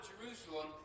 Jerusalem